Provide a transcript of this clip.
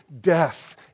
death